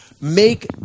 make